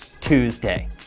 Tuesday